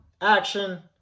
Action